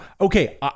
okay